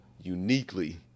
uniquely